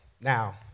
Now